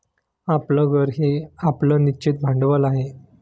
आपलं घर हे आपलं निश्चित भांडवल आहे